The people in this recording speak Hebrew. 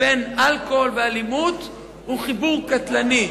בין אלכוהול ואלימות הוא חיבור קטלני.